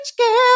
girl